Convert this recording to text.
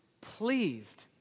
pleased